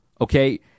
Okay